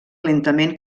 lentament